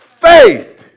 Faith